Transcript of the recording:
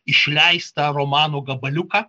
išleistą romano gabaliuką